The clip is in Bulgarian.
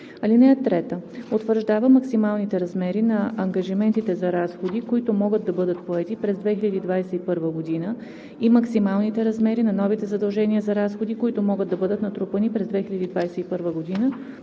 (3) Утвърждава максималните размери на ангажиментите за разходи, които могат да бъдат поети през 2021 г., и максималните размери на новите задължения за разходи, които могат да бъдат натрупани през 2021 г.